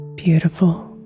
Beautiful